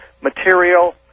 material